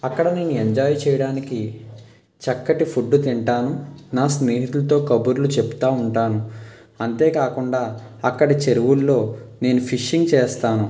అక్కడ నేను ఎంజాయ్ చేయడానికి చక్కటి ఫుడ్ తింటాను నా స్నేహితులతో కబుర్లు చెప్తా ఉంటాను అంతే కాకుండా అక్కడి చెరువుల్లో నేను ఫిషింగ్ చేస్తాను